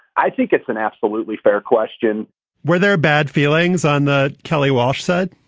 i think it's an absolutely fair question were there bad feelings on the kelly walsh said?